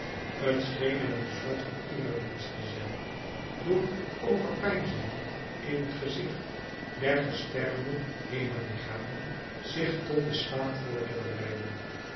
scheen hem een soort van eerdienst te zijn door overpeinzingen in t gezicht der gesterrende hemellichamen zich tot den slaap voor te bereiden